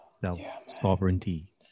self-sovereignty